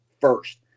first